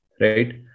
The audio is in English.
right